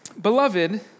Beloved